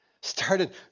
Started